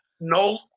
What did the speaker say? No